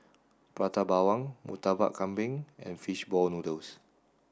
Prata Bawang Murtabak Kambing and fish ball noodles